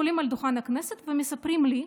עולים לדוכן הכנסת ומספרים לי,